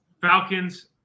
Falcons